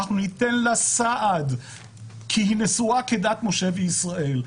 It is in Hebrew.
אנחנו ניתן לה סעד כי היא נשואה כדת משה וישראל.